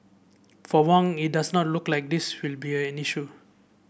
for Wong it does not look like this will be an issue